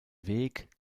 weg